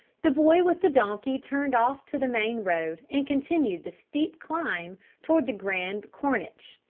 the boy with the donkey turned off to the main road and continued the steep climb toward the grande corniche.